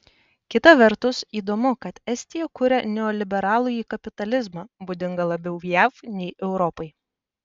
kita vertus įdomu kad estija kuria neoliberalųjį kapitalizmą būdingą labiau jav nei europai